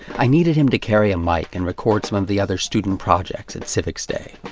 i needed him to carry a mic and record some of the other student projects at civics day.